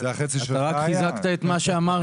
זה החצי --- אתה רק חיזקת את מה שאמרנו.